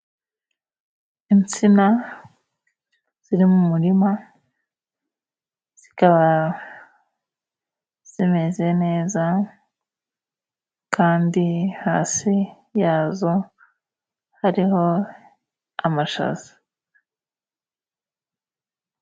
Insina ziri mu murima, zikaba zimeze neza kandi hasi yazo hariho amashaza.